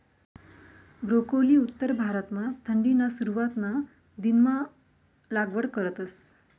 broccoli उत्तर भारतमा थंडीना सुरवातना दिनमा लागवड करतस